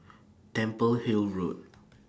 Temple Hill Road